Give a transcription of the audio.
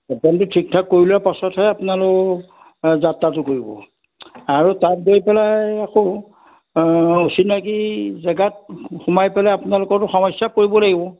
ঠিকঠাক কৰি লোৱাৰ পাছতহে আপোনালোক যাত্ৰাটো কৰিব আৰু তাত গৈ পেলাই আকৌ অচিনাকি জেগাত সোমাই পেলাই আপোনালোকৰতো সমস্যাত পৰিব লাগিব